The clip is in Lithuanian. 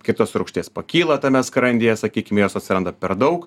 kaip tos rūgšties pakyla tame skrandyje sakykim jos atsiranda per daug